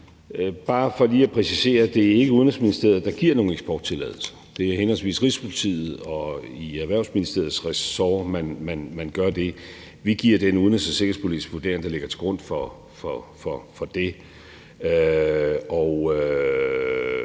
Bare for lige at præcisere det vil jeg sige, at det ikke er Udenrigsministeriet, der giver nogle eksporttilladelser. Det er henholdsvis i Rigspolitiet og i Erhvervsministeriets ressort, man gør det. Vi giver den udenrigs- og sikkerhedspolitiske vurdering, der ligger til grund for det.